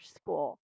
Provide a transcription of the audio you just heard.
school